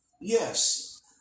yes